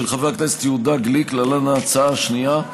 של חבר הכנסת יהודה גליק, להלן: ההצעה השנייה,